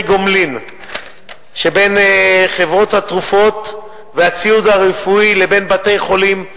גומלין שבין חברות התרופות והציוד הרפואי לבין בתי-חולים,